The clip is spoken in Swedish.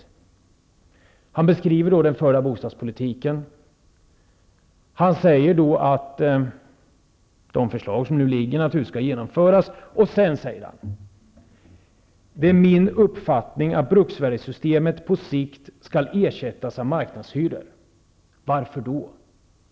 Han beskriver den förda bostadspolitiken och säger att de förslag som nu föreligger naturligtvis skall genomföras. Därefter framhåller han: Det är min uppfattning att bruksvärdessystemet på sikt skall ersättas av marknadshyror. Varför då?